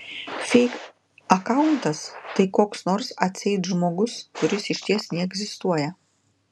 feik akauntas tai koks nors atseit žmogus kuris išties neegzistuoja